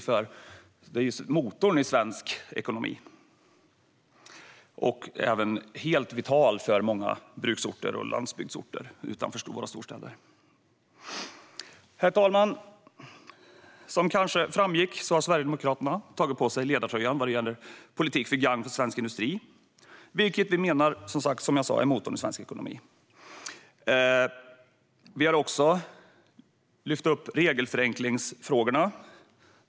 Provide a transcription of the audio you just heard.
Den är motorn i svensk ekonomi, och den är helt vital för många bruksorter och landsbygdsorter utanför stora storstäder. Herr talman! Som kanske har framgått har Sverigedemokraterna tagit på sig ledartröjan vad gäller politik till gagn för svensk industri, som vi alltså menar är motorn i svensk ekonomi. Vi har också lyft fram regelförenklingsfrågorna.